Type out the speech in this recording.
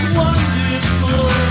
wonderful